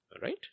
right